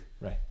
right